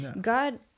God